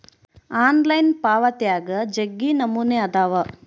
online ಪಾವಾತ್ಯಾಗ ಜಗ್ಗಿ ನಮೂನೆ ಅದಾವ